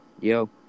yo